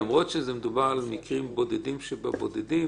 למרות שמדובר על מקרים בודדים שבבודדים,